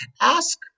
ask